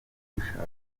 dushatse